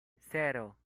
cero